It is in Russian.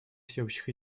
всеобщих